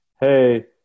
hey –